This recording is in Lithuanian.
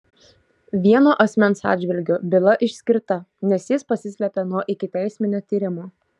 vieno asmens atžvilgiu byla išskirta nes jis pasislėpė nuo ikiteisminio tyrimo